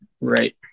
Right